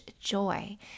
joy